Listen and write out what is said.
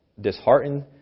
Disheartened